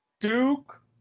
Duke